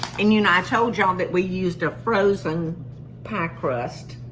and you know, i told john that we used a frozen pie crust,